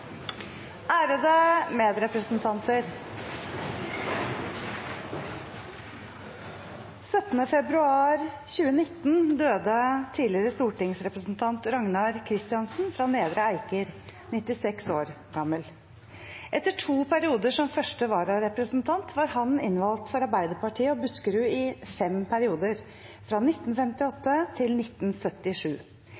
Ærede medrepresentanter! Den 17. februar 2019 døde tidligere stortingsrepresentant Ragnar Christiansen fra Nedre Eiker, 96 år gammel. Etter to perioder som første vararepresentant var han innvalgt for Arbeiderpartiet og Buskerud i fem perioder, fra